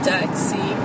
Taxi